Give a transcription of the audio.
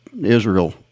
Israel